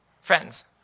Friends